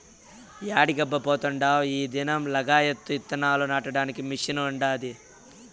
యాడికబ్బా పోతాండావ్ ఈ దినం లగాయత్తు ఇత్తనాలు నాటడానికి మిషన్ ఉండాది